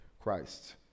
Christ